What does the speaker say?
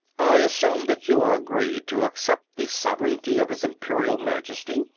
i assume that you are agreed to accept the sovereignty of his imperial majesty?